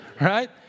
right